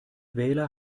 wähler